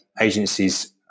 agencies